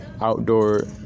outdoor